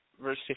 verse